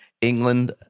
England